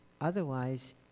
Otherwise